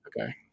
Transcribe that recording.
Okay